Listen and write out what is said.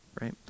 right